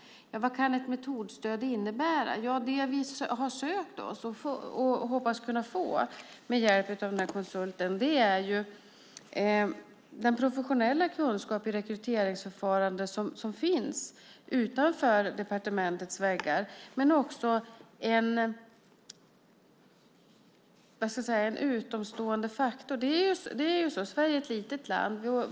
Vad kan ett metodstöd innebära? Det vi söker och hoppas kunna få med hjälp av konsulten är den professionella kunskap vid rekryteringsförfarande som finns utanför departementens väggar men också en utomstående faktor. Sverige är ett litet land.